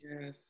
Yes